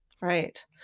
right